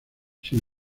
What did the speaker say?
sin